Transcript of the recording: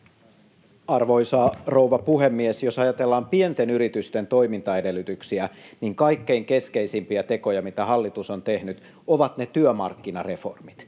Arvoisa rouva puhemies! Jos ajatellaan pienten yritysten toimintaedellytyksiä, niin kaikkein keskeisimpiä tekoja, mitä hallitus on tehnyt, ovat ne työmarkkinareformit,